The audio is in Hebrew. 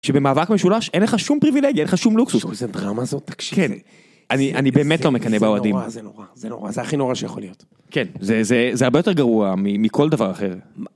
שבמאבק משולש אין לך שום פריבילגיה, אין לך שום לוקסוס. איזה דרמה זאת, תקשיב. אני באמת לא מקנא באוהדים. זה נורא, זה הכי נורא שיכול להיות. כן, זה הרבה יותר גרוע מכל דבר אחר.